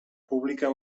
pública